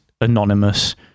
anonymous